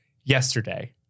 yesterday